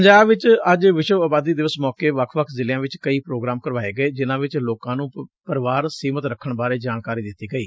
ਪੰਜਾਬ ਚ ਅੱਜ ਵਿਸ਼ਵ ਆਬਾਦੀ ਦਿਵਸ ਮੌਕੇ ਵੱਖ ਵੱਖ ਜ਼ਿਲ੍ਹਿਆ ਚ ਕਈ ਪ੍ਰੋਗਰਾਮ ਕਰਵਾਏ ਗਏ ਜਿਨ੍ਹਾ ਵਿਚ ਲੋਕਾਂ ਨੁੰ ਪਰਿਵਾਰ ਸੀਮਿਤ ਰੱਖਣ ਬਾਰੇ ਜਾਣਕਾਰੀ ਦਿੱਤੀ ਗਈ